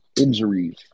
injuries